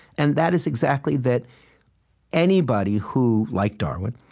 and that is exactly that anybody who, like darwin,